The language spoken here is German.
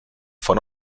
von